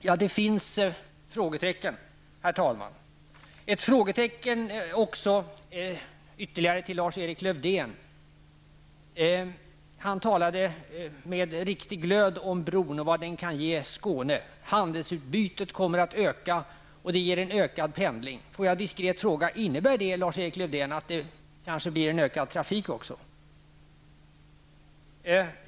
Ja, det finns frågestecken. Lars-Erik Lövdén talade med stor glöd om bron och vad den kan ge Skåne. Handelsutbytet kommer att öka, vilket leder till en ökad pendling. Jag vill då fråga: Innebär det, Lars-Erik Lövdén, att det kanske också blir en ökad trafik? Herr talman!